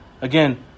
Again